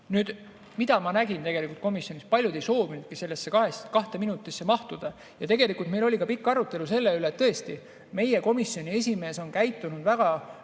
Aga ma nägin tegelikult komisjonis, et paljud ei soovinudki sellesse kahte minutisse mahtuda. Ja meil oli ka pikk arutelu selle üle, et tõesti, meie komisjoni esimees on käitunud väga